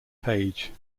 page